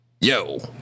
yo